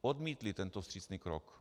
Odmítli tento vstřícný krok.